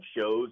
shows